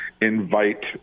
invite